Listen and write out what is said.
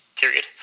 period